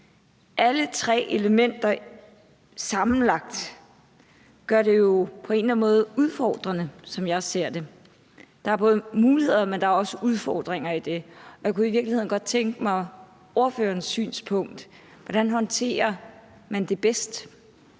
Alle tre elementer sammenlagt gør det jo på en eller anden måde udfordrende, som jeg ser det. Der er muligheder, men der er også udfordringer i det, og jeg kunne i virkeligheden godt tænke mig at få ordførerens synspunkt: Hvordan håndterer man det bedst?